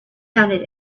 counted